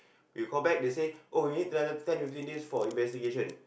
we call back they say oh we need another ten to fifteen days for investigation